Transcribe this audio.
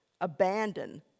abandon